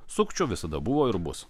sukčių visada buvo ir bus